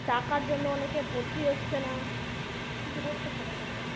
টাকার জন্য অনেকে ভর্তি হচ্ছে না কিছু করতে হবে তাড়াতাড়ি